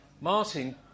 Martin